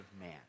man